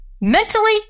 mentally